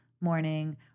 morning